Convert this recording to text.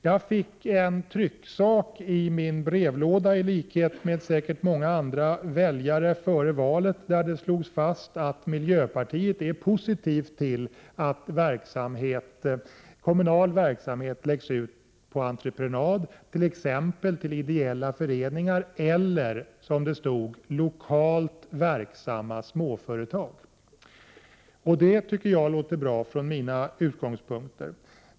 Jag fick före valet en trycksak i brevlådan — i likhet med säkert många andra väljare — där det slås fast att miljöpartiet är positivt till att kommunal verksamhet läggs ut på entreprenad, t.ex. till ideella föreningar eller, som det stod, lokalt verksamma småföretag. Det tycker jag låter bra från mina utgångspunkter.